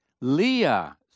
Leah